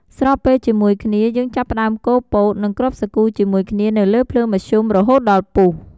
ស្របពេលជាមួយគ្នា យើងចាប់ផ្ដើមកូរពោត និងគ្រាប់សាគូជាមួយគ្នានៅលើភ្លើងមធ្យមរហូតដល់ពុះ។